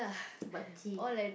Pub-G